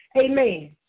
amen